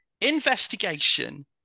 investigation